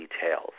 details